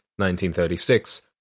1936